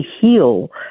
heal